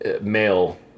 male